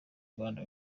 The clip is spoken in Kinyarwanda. rwanda